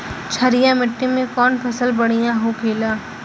क्षारीय मिट्टी में कौन फसल बढ़ियां हो खेला?